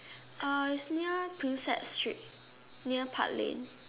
uh it's near Prinsep street near park lane